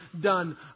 done